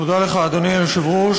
אדוני היושב-ראש,